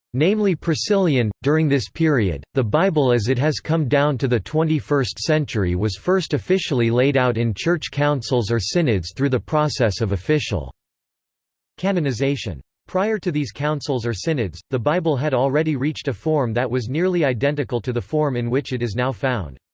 namely priscillian during this period, the bible as it has come down to the twenty first century was first officially laid out in church councils or synods through the process of official canonization. prior to these councils or synods, the bible had already reached a form that was nearly identical to the form in which it is now found.